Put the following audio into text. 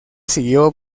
siguió